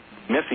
missing